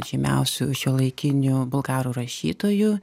žymiausių šiuolaikinių bulgarų rašytojų